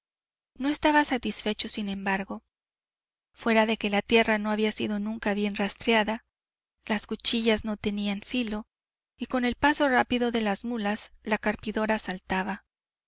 no estaba satisfecho sin embargo fuera de que la tierra no había sido nunca bien rastreada las cuchillas no tenían filo y con el paso rápido de las mulas la carpidora saltaba